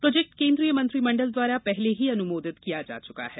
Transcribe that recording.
project केन्द्रीय मंत्री मंडल द्वारा पहले ही अनुमोदित किया जा चुका है